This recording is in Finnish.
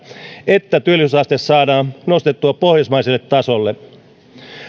että työllisyysaste saadaan nostettua pohjoismaiselle tasolle